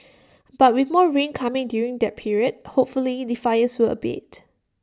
but with more rain coming during that period hopefully the fires will abate